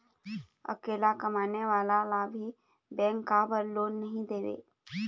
अकेला कमाने वाला ला भी बैंक काबर लोन नहीं देवे?